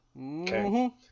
Okay